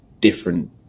different